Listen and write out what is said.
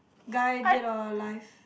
guy dead or alive